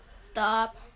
Stop